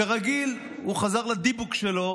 כרגיל, הוא חזר לדיבוק שלו.